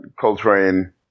Coltrane